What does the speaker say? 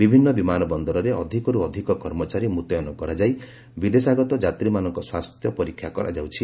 ବିଭିନ୍ନ ବିମାନ ବନ୍ଦରରେ ଅଧିକରୁ ଅଧିକ କର୍ମଚାରୀ ମୁତୟନ କରାଯାଇ ବିଦେଶଗତ ଯାତ୍ରୀମାନଙ୍କ ସ୍ୱାସ୍ଥ୍ୟ ପରୀକ୍ଷା କରାଯାଉଛି